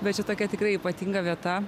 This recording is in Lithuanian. bet čia tokia tikrai ypatinga vieta